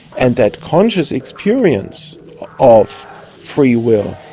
and that conscious experience of free will,